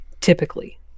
typically